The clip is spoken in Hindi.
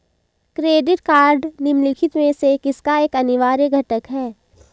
क्रेडिट कार्ड निम्नलिखित में से किसका एक अनिवार्य घटक है?